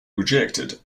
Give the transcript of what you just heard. rejected